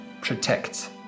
protect